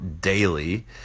daily